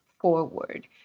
forward